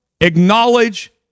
acknowledge